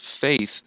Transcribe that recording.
faith